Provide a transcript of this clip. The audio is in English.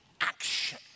action